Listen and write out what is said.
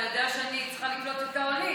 אתה יודע שאני צריכה לקלוט את העולים.